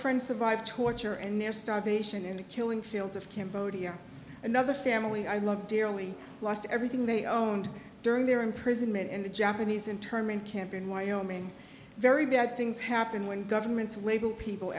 friend survived torture and near starvation in the killing fields of cambodia another family i loved dearly lost everything they owned during their imprisonment in the japanese internment camp in wyoming very bad things happen when governments label people